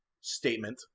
statement